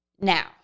Now